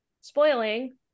spoiling